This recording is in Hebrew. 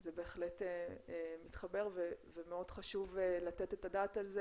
זה בהחלט מתחבר ומאוד חשוב לתת את הדעת על זה,